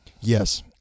Yes